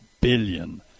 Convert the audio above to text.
billion